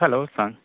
hello सांग